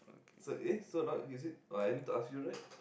so eh so now is it oh I need to ask you right